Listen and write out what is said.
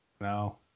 No